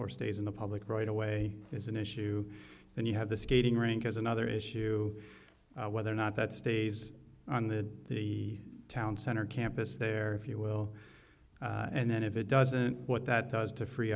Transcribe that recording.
or stays in the public right away is an issue and you have the skating rink is another issue whether or not that stays on the the town center campus there if you will and then if it doesn't what that does to free